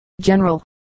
general